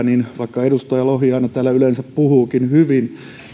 niin vaikka edustaja lohi täällä aina yleensä puhuukin hyvin